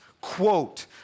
quote